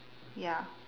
ya